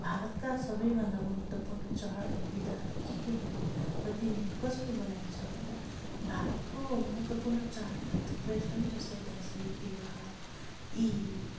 भारतका सबैभन्दा महत्त्वपूर्ण चाड अनि बिदाहरू के के हुन् र तिनीहरू कसरी मनाइन्छ भन्दा भारतको महत्त्वपूर्ण चाडहरू त थुप्रै छन् जस्तै दसैँ तिहार यी